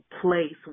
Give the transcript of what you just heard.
place